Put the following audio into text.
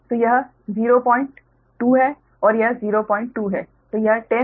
तो यह 02 है और यह 02 है